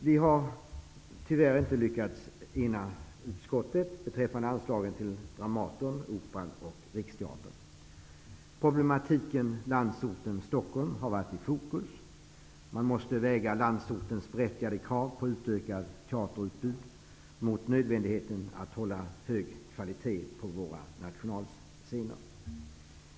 Vi har tyvärr inte lyckats enas i utskottet beträffande anslaget till Dramaten, Operan och Stockholm har varit i fokus. Man måste väga landsortens berättigade krav på utökat teaterutbud mot nödvändigheten att hålla hög kvalitet på våra nationalscener.